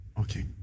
Okay